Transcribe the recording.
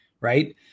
right